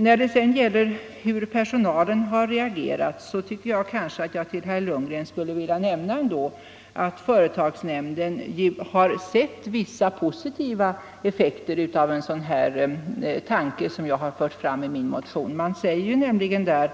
När det sedan gäller hur personalen har reagerat tycker jag kanske att jag ändå för herr Lundgren skulle vilja nämna att företagsnämnden har sett vissa positiva effekter av en sådan tanke som jag fört fram i min motion. Företagsnämnden uttalar nämligen